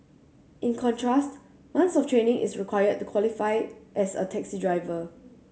in contrast months of training is required to qualify as a taxi driver